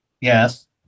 yes